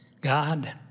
God